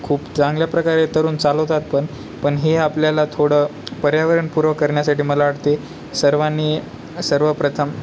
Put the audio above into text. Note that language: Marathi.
खूप चांगल्या प्रकारे तरुण चालवतात पण पण हे आपल्याला थोडं पर्यावरणपूरं करण्यासाठी मला वाटते सर्वांनी सर्वप्रथम